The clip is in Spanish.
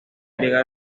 llegar